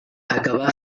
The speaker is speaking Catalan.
acabà